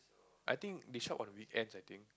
I think they shop on weekends I think